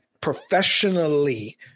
professionally